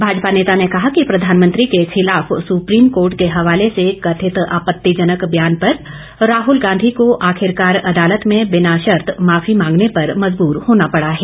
भाजपा नेता ने कहा कि प्रधानमंत्री के खिलाफ सुप्रीम कोर्ट के हवाले से कथित आपत्तिजनक बयान पर राहुल गांधी को आखिरकार अदालत में बिना शर्त माफी मांगने पर मजबूर होना पड़ा है